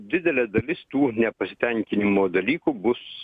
didelė dalis tų nepasitenkinimo dalykų bus